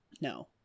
No